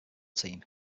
team